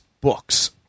Books